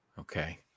Okay